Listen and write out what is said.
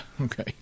okay